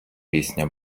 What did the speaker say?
пісня